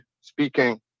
speaking